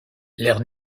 l’ère